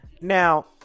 Now